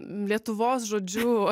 lietuvos žodžiu